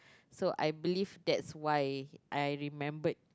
so I believe that's why I remembered